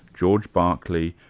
george berkeley,